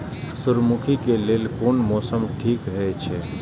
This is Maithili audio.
सूर्यमुखी के लेल कोन मौसम ठीक हे छे?